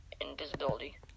invisibility